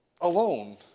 alone